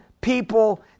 people